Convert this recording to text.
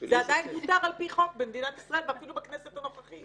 לאישה שמבקשת הוא לא יוכל להגיד